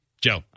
Joe